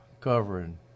covering